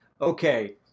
okay